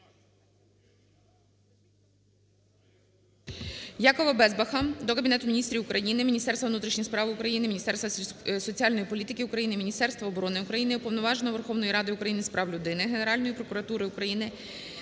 ЯковаБезбаха до Кабінету Міністрів України, Міністерства внутрішніх справ України, Міністерства соціальної політики України, Міністерства оборони України, Уповноваженого Верховної Ради України з прав людини, Генеральної прокуратури України,